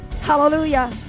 hallelujah